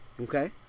okay